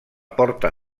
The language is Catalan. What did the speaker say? porta